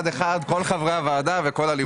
אחד, אחד, כל חברי הוועדה וכל הליווי.